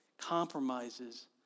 compromises